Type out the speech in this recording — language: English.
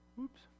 oops